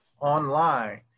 online